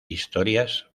historias